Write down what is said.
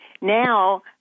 now